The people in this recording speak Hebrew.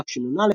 תשנ"א,